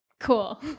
Cool